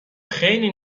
خیلی